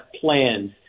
plans